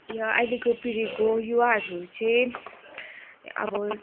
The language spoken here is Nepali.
यो आइलेको पिँढीको युवाहरू चाहिँ अब